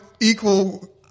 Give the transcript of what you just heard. equal